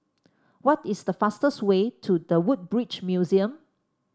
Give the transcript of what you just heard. what is the fastest way to The Woodbridge Museum